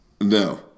No